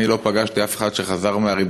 אני לא פגשתי אף אחד שחזר מריבונו-של-עולם